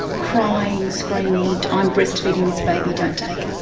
crying, screaming, i'm breast-feeding this baby, don't take her.